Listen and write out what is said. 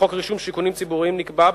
בחוק רישום שיכונים ציבוריים נקבעה,